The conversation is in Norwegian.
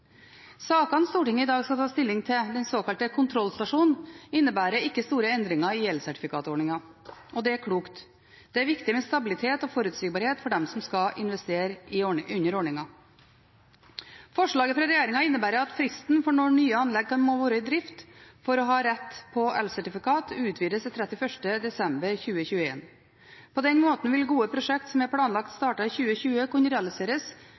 Sakene Stortinget i dag skal ta stilling til, den såkalte første kontrollstasjon, innebærer ikke store endringer i elsertifikatordningen, og det er klokt. Det er viktig med stabilitet og forutsigbarhet for dem som skal investere under ordningen. Forslaget fra regjeringen innebærer at fristen for når nye anlegg må være i drift for å ha rett på elsertifikat, utvides til 31. desember 2021. På den måten vil gode prosjekt som er planlagt startet i 2020, kunne realiseres